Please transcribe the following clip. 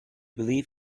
believe